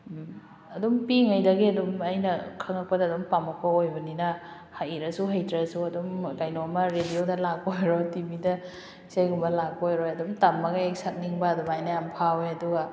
ꯑꯗꯨꯝ ꯄꯤꯛꯂꯤꯉꯩꯗꯒꯤ ꯑꯗꯨꯝ ꯑꯩꯅ ꯈꯪꯂꯛꯄꯗ ꯑꯗꯨꯝ ꯄꯥꯝꯂꯛꯄ ꯑꯣꯏꯕꯅꯤꯅ ꯍꯩꯔꯁꯨ ꯍꯩꯇ꯭ꯔꯁꯨ ꯑꯗꯨꯝ ꯀꯩꯅꯣꯃ ꯔꯦꯗꯤꯑꯣꯗ ꯂꯥꯛꯄ ꯑꯣꯏꯔꯣ ꯇꯤꯚꯤꯗ ꯏꯁꯩꯒꯨꯝꯕ ꯂꯥꯛꯄ ꯑꯣꯏꯔꯣ ꯑꯗꯨꯝ ꯇꯝꯂꯒ ꯑꯩ ꯁꯛꯅꯤꯡꯕ ꯑꯗꯨꯃꯥꯏꯅ ꯌꯥꯝ ꯐꯥꯎꯋꯦ ꯑꯗꯨꯒ